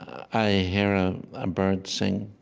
i hear a um bird sing,